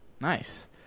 nice